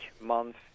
month